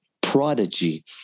Prodigy